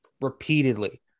repeatedly